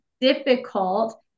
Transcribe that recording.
difficult